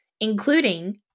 including